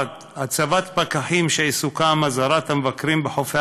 1. הצבת פקחים שעיסוקם הזהרת המבקרים בחופי